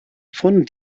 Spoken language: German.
von